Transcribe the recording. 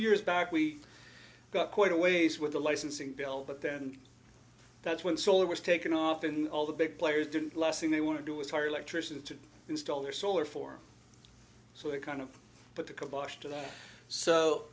years back we got quite a ways with the licensing bill but then that's when solar was taken off and all the big players didn't last thing they want to do is hire electricians to install their solar for so they kind of put the